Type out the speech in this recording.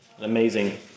Amazing